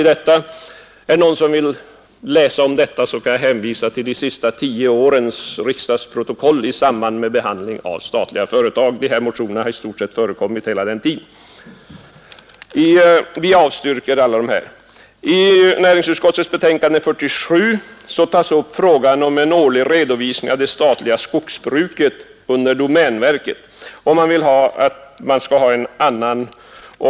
Är det någon som vill läsa om detta ärende, kan jag hänvisa till de senaste tio årens riksdagsprotokoll över behandlingen av frågor om statliga företag. Dessa motioner har i stort sett förekommit under hela den tiden. I näringsutskottets betänkande nr 47 tas upp frågan om en årlig redovisning av det statliga skogsbruket under domänverket.